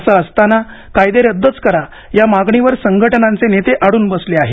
असे असताना कायदे रद्दच करा या मागणीवर संघटनांचे नेते अडून बसले आहेत